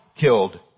killed